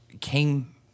came